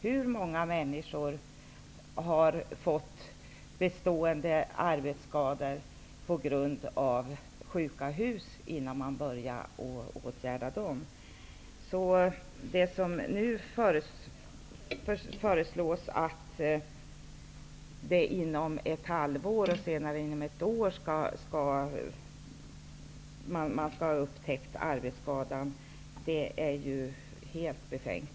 Hur många människor är det som har fått bestående arbetsskador på grund av sjuka hus, innan dessa hus började åtgärdas? Det föreslås nu att arbetsskadan skall ha upptäckts inom ett halvår och senare inom ett år. Det är ju helt befängt.